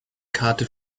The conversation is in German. karte